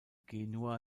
genua